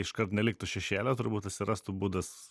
iškart neliktų šešėlio turbūt atsirastų būdas